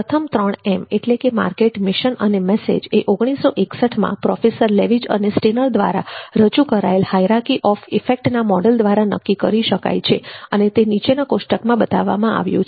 પ્રથમ ત્રણ એમ એટલે માર્કેટ મિશન અને મેસેજ એ ૧૯૬૧માં પ્રોફેસર લેવિજ અને સ્ટીનર દ્વારા રજૂ કરાયેલ હાયરર્કી ઓફ ઈફેક્ટ ના મોડેલ દ્વારા નક્કી કરી શકાય છે અને તે નીચેના કોષ્ટકમાં બતાવવામાં આવ્યું છે